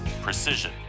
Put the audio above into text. precision